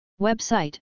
Website